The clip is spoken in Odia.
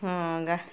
ହଁ ଗା